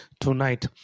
tonight